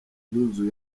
n’inzu